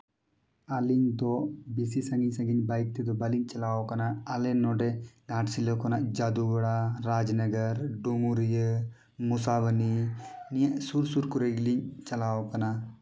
ᱟᱹᱞᱤᱧ ᱫᱚ ᱵᱮᱥᱤ ᱥᱟᱹᱜᱤᱧ ᱥᱟᱹᱜᱤᱧ ᱵᱟᱭᱤᱠ ᱛᱮᱫᱚ ᱵᱟᱹᱞᱤᱧ ᱪᱟᱞᱟᱜ ᱟᱠᱟᱱᱟ ᱟᱞᱮ ᱱᱚᱸᱰᱮ ᱜᱷᱟᱴᱥᱤᱞᱟᱹ ᱠᱷᱚᱱᱟᱜ ᱡᱟᱹᱫᱩᱜᱚᱲᱟ ᱨᱟᱡᱽᱱᱚᱜᱚᱨ ᱰᱩᱢᱩᱨᱤᱭᱟᱹ ᱢᱚᱥᱟᱵᱚᱱᱤ ᱱᱤᱭᱟᱹ ᱥᱩᱨ ᱥᱩᱨ ᱠᱚᱨᱮ ᱜᱮᱞᱤᱧ ᱪᱟᱞᱟᱣ ᱟᱠᱟᱱᱟ